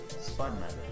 Spider-Man